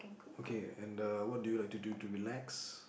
okay and the what do you like to do to relax